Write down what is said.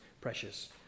precious